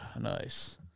nice